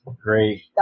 great